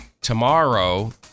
Tomorrow